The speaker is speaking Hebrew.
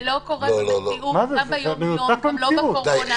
זה לא קורה במציאות גם ביום-יום, וגם לא בקורונה.